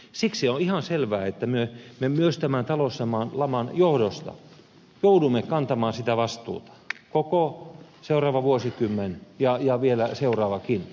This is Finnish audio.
siksi on ihan selvää että me myös tämän talouslaman johdosta joudumme kantamaan vastuuta koko seuraavan vuosikymmenen ja vielä sitä seuraavankin